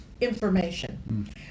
information